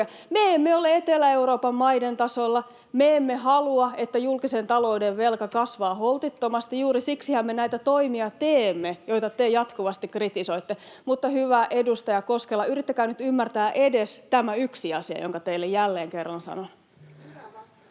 Me emme ole Etelä-Euroopan maiden tasolla. Me emme halua, että julkisen talouden velka kasvaa holtittomasti. Juuri siksihän me näitä toimia teemme, joita te jatkuvasti kritisoitte. Hyvä edustaja Koskela, yrittäkää nyt ymmärtää edes tämä yksi asia, jonka teille jälleen kerran sanon.